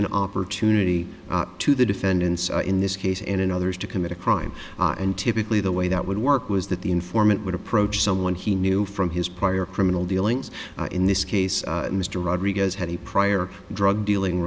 an opportunity to the defendants in this case and in others to commit a crime and typically the way that would work was that the informant would approach someone he knew from his prior criminal dealings in this case mr rodriguez had a prior drug dealing